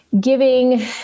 giving